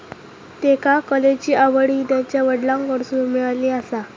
त्येका कलेची आवड हि त्यांच्या वडलांकडसून मिळाली आसा